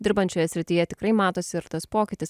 dirbant šioje srityje tikrai matosi ir tas pokytis